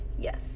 Yes